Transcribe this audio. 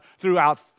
throughout